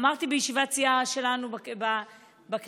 אמרתי בישיבת סיעה שלנו פה בכנסת,